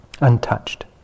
untouched